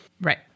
Right